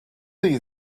you